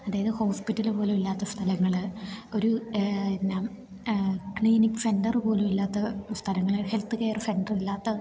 അതായത് ഹോസ്പിറ്റലിൽ പോലും ഇല്ലാത്ത സ്ഥലങ്ങൾ ഒരു പിന്നെ ക്ലിനിക് സെൻറർ പോലും ഇല്ലാത്ത സ്ഥലങ്ങൾ ഹെൽത്ത് കെയർ സെൻറർ ഇല്ലാത്ത